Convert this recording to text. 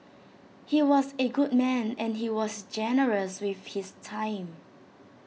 he was A good man and he was generous with his time